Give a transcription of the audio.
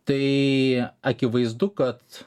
tai akivaizdu kad